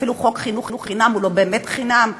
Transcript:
אפילו חוק חינוך חינם הוא לא באמת חינם,